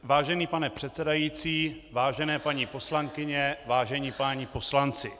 Vážený pane předsedající, vážené paní poslankyně, vážení páni poslanci.